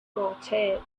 rotate